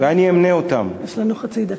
ואני אמנה אותם, יש לנו חצי דקה.